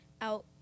out